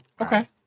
Okay